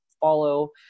follow